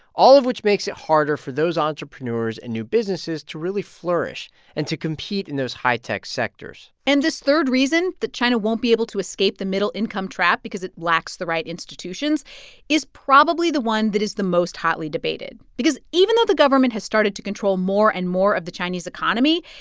all of which makes it harder for those entrepreneurs and new businesses to really flourish and to compete in those high-tech sectors and this third reason that china won't be able to escape the middle-income trap because it lacks the right institutions is probably the one that is the most hotly debated because even though the government has started to control more and more of the chinese economy,